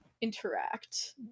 interact